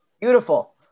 Beautiful